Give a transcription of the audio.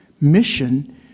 mission